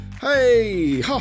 hey